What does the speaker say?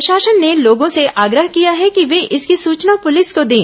प्रशासन ने लोगों से आग्रह किया है कि वे इसकी सूचना पुलिस को दें